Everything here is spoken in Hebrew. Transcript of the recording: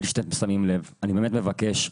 אני באמת מבקש,